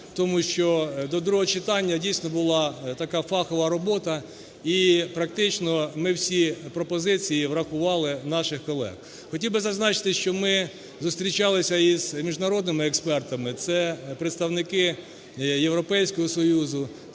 Тому що до другого читання дійсно була така фахова робота і практично ми всі пропозиції врахували наших колег. Хотів би зазначити, що ми зустрічалися з міжнародними експертами, це представники Європейського Союзу,